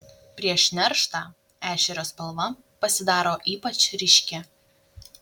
prieš nerštą ešerio spalva pasidaro ypač ryški